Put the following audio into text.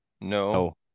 No